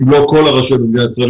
אם לא כל הרשויות במדינת ישראל,